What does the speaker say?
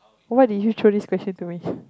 why did you throw this question to me